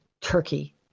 turkey